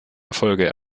erfolge